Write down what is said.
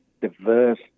diverse